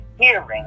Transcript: hearing